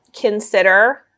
consider